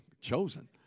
chosen